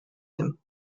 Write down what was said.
him